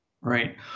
Right